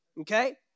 okay